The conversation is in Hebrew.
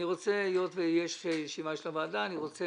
היות שיש ישיבה של הוועדה אני רוצה